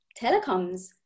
telecoms